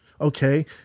Okay